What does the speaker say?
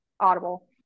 audible